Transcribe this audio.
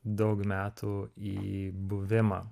daug metų į buvimą